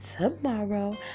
tomorrow